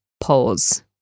pause